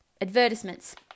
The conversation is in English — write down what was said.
advertisements